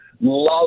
Love